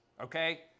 okay